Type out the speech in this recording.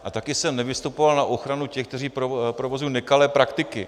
A také jsem nevystupoval na ochranu těch, kteří provozují nekalé praktiky.